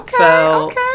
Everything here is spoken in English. Okay